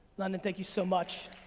london, thank you so much.